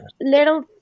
little